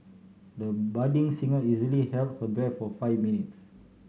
the budding singer easily held her breath for five minutes